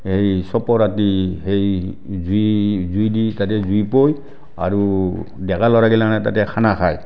সেই চপৰাদি সেই জুই জুইদি তাতে জুই পুৱায় আৰু ডেকা ল'ৰাগিলাখনে তাতে খানা খায়